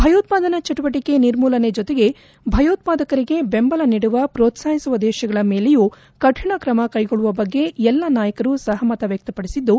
ಭಯೋತ್ವಾದನಾ ಚಟುವಟಕೆ ನಿರ್ಮೂಲನೆ ಜೊತೆಗೆ ಭಯೋತ್ವಾದಕರಿಗೆ ಬೆಂಬಲ ನೀಡುವ ಪ್ರೋತ್ಪಾಹಿಸುವ ದೇಶಗಳ ಮೇಲೆಯೂ ಕಠಿಣ ಕ್ರಮ ಕೈಗೊಳ್ಳುವ ಬಗ್ಗೆ ಎಲ್ಲಾ ನಾಯಕರು ಸಹಮತ ವ್ಯಕ್ತಪಡಿಸಿದ್ದು